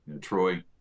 Troy